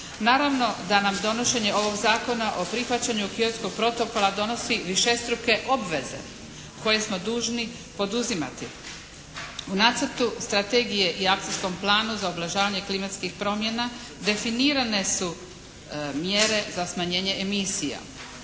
Naravno da nam donošenje ovog Zakona o prihvaćanju Kyotskog protokola donosi višestruke obveze koje smo dužni poduzimati. U nacrtu strategije i akcijskom planu za ublažavanje klimatskih promjena definirane su mjere za smanjenje emisija.